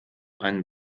einen